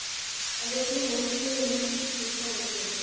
अदरक में औषधीय गुणों की प्रचुरता होती है